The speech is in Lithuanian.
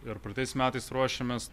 ir praeitais metais ruošiamės